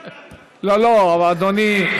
אדוני,